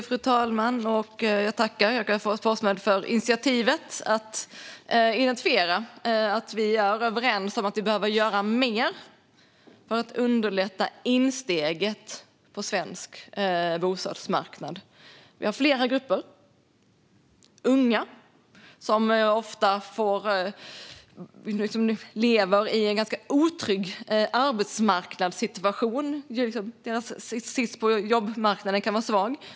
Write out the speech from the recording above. Fru talman! Jag tackar Jakob Forssmed för initiativet att identifiera att vi är överens om att vi behöver göra mer för att underlätta insteget på svensk bostadsmarknad. Det är flera grupper som påverkas. Unga lever ofta i en ganska otrygg arbetsmarknadssituation. Deras sits på jobbmarknaden kan vara dålig.